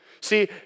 See